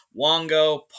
Wongo